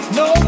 no